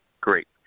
Great